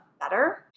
Better